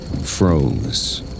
Froze